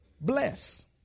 bless